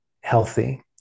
healthy